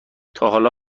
تاحالا